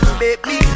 baby